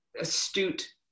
astute